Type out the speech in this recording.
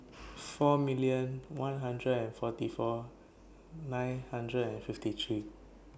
four million one hundred and forty four nine hundred and fifty three